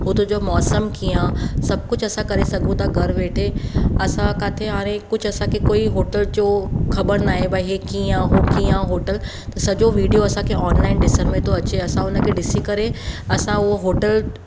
हुतो जो मौसमु कीअं आहे सभु कुझु असां करे सघूं था घर वेठे असां किथे हाणे कुझु असां खे कोई होटल जो ख़बर न आहे भई इहे कीअं आहे हो कीअं आहे होटल त सॼो विडियो असांखे ऑनलाइन ॾिसण में थो अचे असां उन खे ॾिसी करे असां उहो होटल